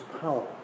power